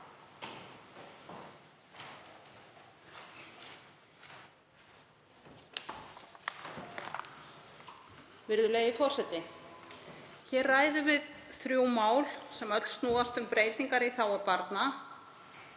Virðulegi forseti. Við ræðum hér þrjú mál sem öll snúast um breytingar í þágu barna,